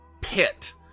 pit